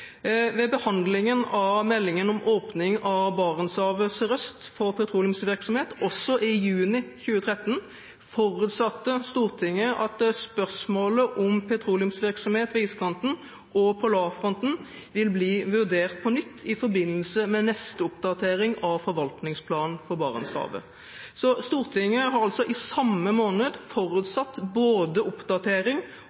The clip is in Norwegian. Ved behandlingen av meldingen om åpning av Barentshavet sørøst for petroleumsvirksomhet, også i juni 2013, forutsatte Stortinget at spørsmålet om petroleumsvirksomhet ved iskanten og polarfronten vil bli vurdert på nytt i forbindelse med neste oppdatering av forvaltningsplanen for Barentshavet. Stortinget har altså i samme måned forutsatt både oppdatering